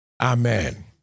Amen